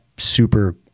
super